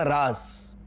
us